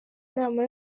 inama